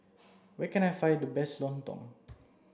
where can I find the best Lontong